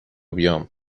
بیام